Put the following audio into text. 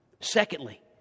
Secondly